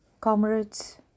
Comrades